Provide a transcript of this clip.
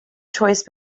choice